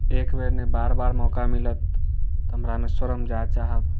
एक बेर नहि बार बार मौका मिलत तऽ हम रामेश्वरम जाय चाहब